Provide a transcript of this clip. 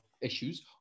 issues